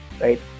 right